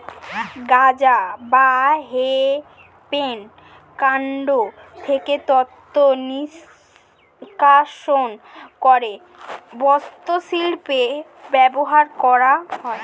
গাঁজা বা হেম্পের কান্ড থেকে তন্তু নিষ্কাশণ করে বস্ত্রশিল্পে ব্যবহার করা হয়